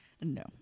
No